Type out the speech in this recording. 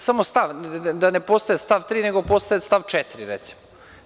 Samo stav, Da ne postaje stav 3, nego postaje stav 4, recimo.